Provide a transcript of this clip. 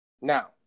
Now